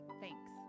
thanks